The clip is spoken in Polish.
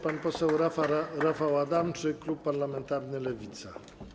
Pan poseł Rafał Adamczyk, klub parlamentarny Lewica.